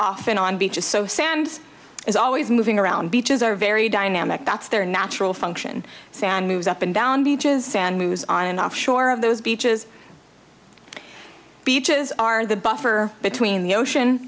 often on beaches so sand is always moving around beaches are very dynamic that's their natural function san moves up and down beaches and news on and off shore of those beaches beaches are the buffer between the ocean